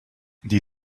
die